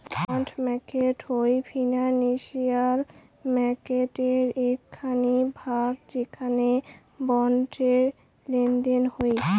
bond market হই financial মার্কেটের এক খানি ভাগ যেখানে বন্ডের লেনদেন হই